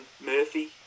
Murphy